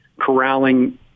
corralling